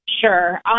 Sure